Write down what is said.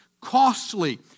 costly